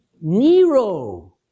Nero